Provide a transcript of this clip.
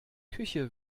küche